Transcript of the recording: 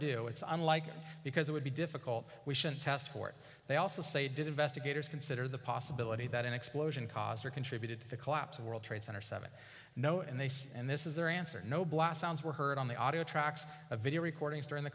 do it's unlikely because it would be difficult we shouldn't test for it they also say did investigators consider the possibility that an explosion caused or contributed to the collapse of world trade center seven no and they say and this is their answer no blast sounds were heard on the audio tracks a video recordings during the